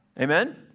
Amen